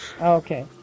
Okay